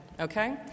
Okay